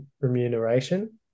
remuneration